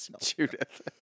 judith